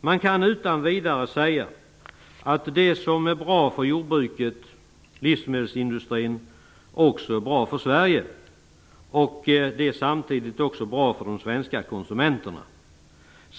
Man kan utan vidare säga att det som är bra för jordbruket och livsmedelsindustrin också är bra för Sverige. Det är samtidigt bra också för de svenska konsumenterna.